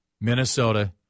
Minnesota